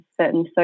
certain